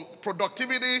productivity